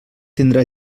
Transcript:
tindrà